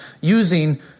using